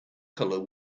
colour